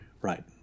Right